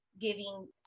giving